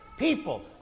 people